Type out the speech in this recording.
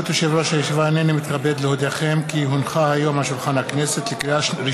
הודעה לסגן מזכירת הכנסת.